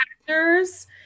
actors